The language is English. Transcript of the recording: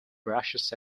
brushes